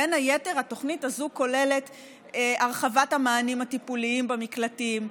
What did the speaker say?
בין היתר התוכנית ההיא כוללת הרחבת המענים הטיפוליים במקלטים,